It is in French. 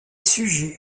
sujet